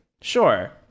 Sure